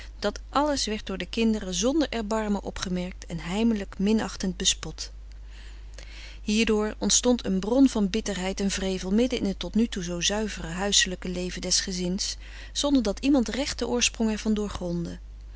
dat alles werd door de kinderen zonder erbarmen opgemerkt en heimelijk minachtend bespot hierdoor ontstond een bron van bitterheid en wrevel midden in het tot nu toe zoo zuivere huiselijke leven des gezins zonder dat iemand recht den oorsprong er van doorgrondde